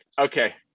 okay